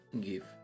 give